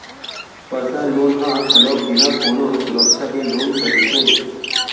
personal loan ह घलोक बिना कोनो सुरक्छा के लोन रहिथे